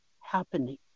happening